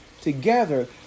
together